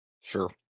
Sure